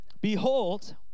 Behold